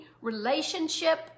relationship